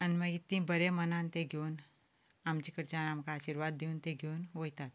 आनी मागीर ती बऱ्यां मनान तें घेवन आमचें कडच्यान आमकां आर्शिवाद दिवन तीं घेवन वयतात